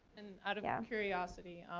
out of yeah curiosity,